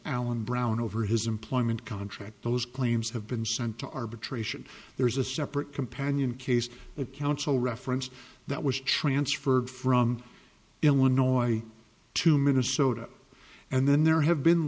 alan brown over his employment contract those claims have been sent to arbitration there is a separate companion case of counsel reference that was transferred from illinois to minnesota and then there have been